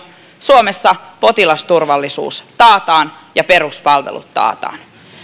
suomessa potilasturvallisuus taataan ja peruspalvelut taataan